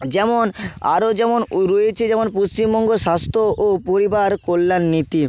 যেমন আরও যেমন ও রয়েছে যেমন পশ্চিমবঙ্গ স্বাস্থ্য ও পরিবার কল্যাণ নীতি